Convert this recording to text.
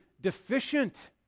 deficient